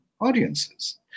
audiences